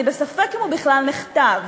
ואני בספק אם הוא בכלל נכתב,